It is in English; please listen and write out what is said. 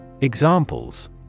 Examples